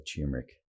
turmeric